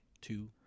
two